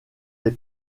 des